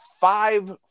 five